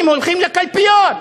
אנשים רוצים לגור עם תשתיות,